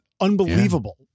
unbelievable